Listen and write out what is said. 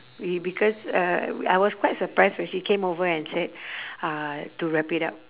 we because uh I was quite surprised when she came over and said uh to wrap it up